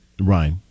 Right